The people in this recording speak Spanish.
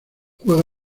juega